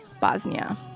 Bosnia